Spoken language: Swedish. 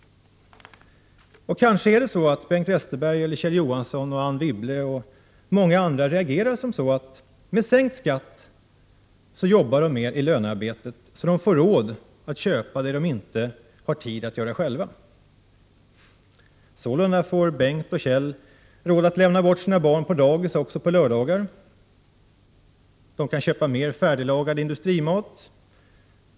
Och kanske är det så att Bengt Westerberg, Kjell Johansson, Anne Wibble och många andra reagerar så: med sänkt skatt så jobbar de mer i lönearbetet, så de får råd att köpa det de inte har tid med att göra själva. Sålunda får Bengt och Kjell råd att lämna bort sina barn på dagis också på lördagar. De kan köpa mer färdiglagad industrimat.